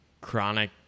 chronic